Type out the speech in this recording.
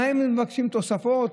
מה הם מבקשים, תוספות?